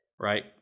right